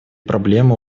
проблемы